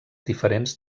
diferents